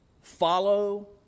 Follow